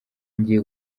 ngiye